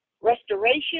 restoration